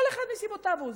כל אחד מסיבותיו שלו,